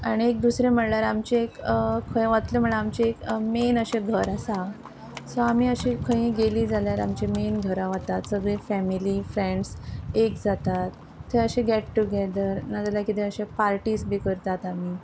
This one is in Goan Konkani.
दुसरें म्हणल्यार आमचे एक खंय वतले म्हणल्यार आमचे एक मेन अशे घर आसा सो आमी अशे खंय गेली जाल्यार आमची मेन घरां वतात सगळी फॅमिली फ्रेंड्स एक जातात थंय अशें गॅट टुगॅदर नाजाल्यार कितें अशे पार्टीज बी करतात आमी